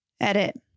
Edit